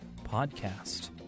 podcast